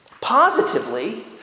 Positively